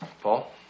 Paul